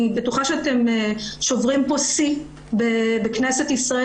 אני בטוחה שאתם שוברים פה שיא בכנסת ישראל